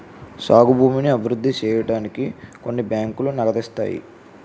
సాగు భూమిని అభివృద్ధి సేయడానికి కొన్ని బ్యాంకులు నగదిత్తాయి